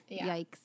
Yikes